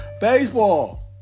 Baseball